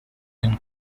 and